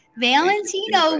Valentino